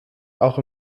auch